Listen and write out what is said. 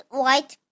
white